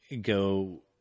go